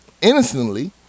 innocently